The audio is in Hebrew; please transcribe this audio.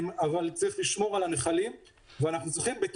צריך לשמור על הנחלים ואנחנו צריכים בעיקר